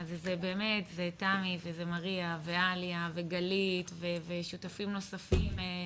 אז זה תמי וזה מריה ועאליה וגלית ושותפים נוספים.